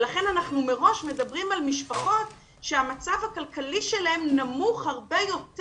לכן מראש אנחנו מדברים על משפחות שהמצב הכלכלי שלהם נמוך הרבה יותר,